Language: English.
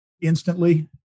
instantly